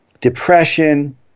depression